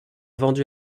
vendus